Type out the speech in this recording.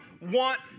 want